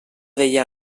deia